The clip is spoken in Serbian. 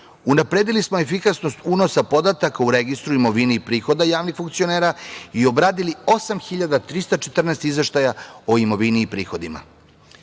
smo efikasnost unosa podataka u Registar imovine i prihoda javnih funkcionera i obradili 8.314 izveštaja o imovini i prihodima.